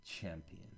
champion